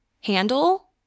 handle